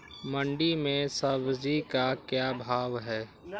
मंडी में सब्जी का क्या भाव हैँ?